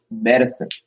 medicine